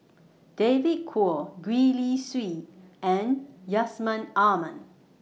David Kwo Gwee Li Sui and Yusman Aman